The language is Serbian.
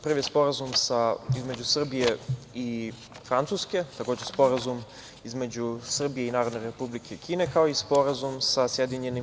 Prvi Sporazum između Srbije i Francuske, takođe Sporazum između Srbije i Narodne Republike Kine, kao i Sporazum sa SAD.